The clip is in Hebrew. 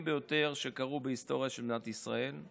ביותר שקרו בהיסטוריה של מדינת ישראל.